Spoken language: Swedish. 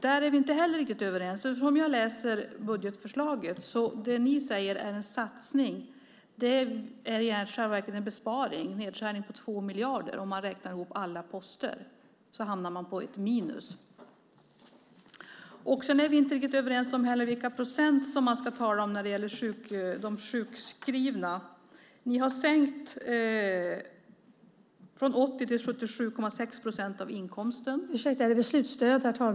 Där är vi inte heller riktigt överens. Det som ni i budgetförslaget säger är en satsning är i själva verket en besparing. Det är en nedskärning på 2 miljarder. Om man räknar ihop alla poster hamnar man på minus. Vi är inte heller överens om vilka procent man ska tala om när det gäller de sjukskrivna. Ni har sänkt från 80 till 77,6 procent av inkomsten.